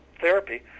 therapy